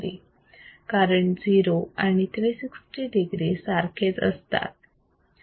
कारण 0 आणि 360 degree सारखेच असतात